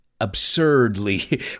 absurdly